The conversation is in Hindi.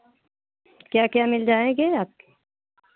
क्या क्या मिल जाएंगे आपके